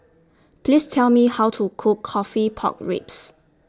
Please Tell Me How to Cook Coffee Pork Ribs